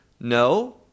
no